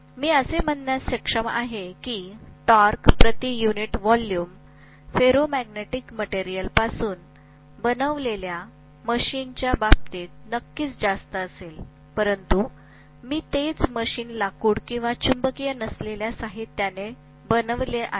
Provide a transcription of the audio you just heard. मी असे म्हणू शकते की टॉर्क प्रति युनिट व्हॉल्यूम फेरोमॅग्नेटिक मटेरियलपासून बनवलेल्या मशीनच्या बाबतीत नक्कीच जास्त असेल परंतु मी तेच मशीन लाकूड किंवा चुंबकीय नसलेल्या साहित्याने बनवले आहे